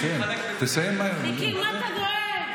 מה אתה דואג?